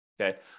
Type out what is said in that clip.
Okay